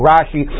Rashi